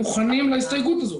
מוכנים להסתייגות הזאת.